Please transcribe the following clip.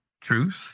truth